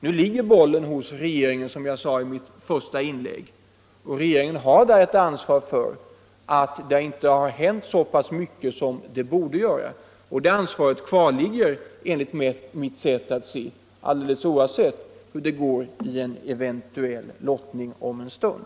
Nu ligger bollen hos regeringen, som jag sade i mitt första inlägg, och regeringen har ett ansvar för att det inte har hänt så mycket som det borde ha gjort. Det ansvaret kvarligger enligt mitt sätt att se, alldeles oavsett hur det går i en eventuell lottning om en stund.